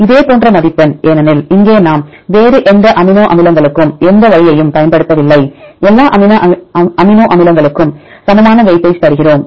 மாணவர் இதேபோன்ற மதிப்பெண் ஏனெனில் இங்கே நாம் வேறு எந்த அமினோ அமிலங்களுக்கும் எந்த வழியையும் பயன்படுத்தவில்லை எல்லா அமினோ அமிலங்களுக்கும் சமமான வெயிட்டேஜ் தருகிறோம்